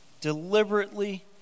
Deliberately